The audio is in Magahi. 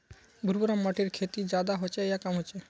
भुर भुरा माटिर खेती ज्यादा होचे या कम होचए?